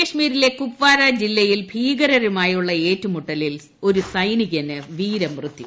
ജമ്മുകശ്മീരിലെ കുപ്വാര ജില്ലയിൽ ഭീകരരുമായുള്ള ഏറ്റുമുട്ടലിൽ ഒരു സൈനികന് വീരമൃത്യു